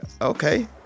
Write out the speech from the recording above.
Okay